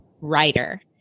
writer